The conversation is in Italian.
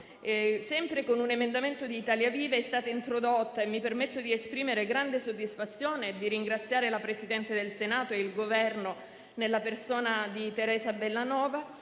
Sempre con un emendamento di Italia Viva è stata introdotta - e mi permetto di esprimere grande soddisfazione e di ringraziare il Presidente del Senato e il Governo, nella persona di Teresa Bellanova